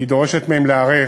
כי היא דורשת מהן להיערך,